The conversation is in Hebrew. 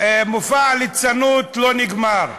מופע הליצנות לא נגמר,